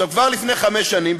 כבר לפני חמש שנים,